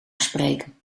spreken